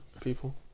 people